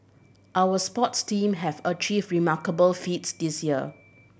our sports team have achieved remarkable feats this year